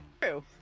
True